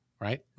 right